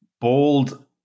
bold